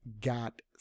got